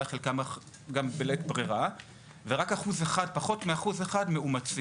חלקם אולי גם בלית ברירה; ורק פחות מ-1% מאומצים.